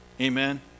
amen